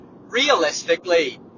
realistically